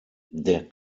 der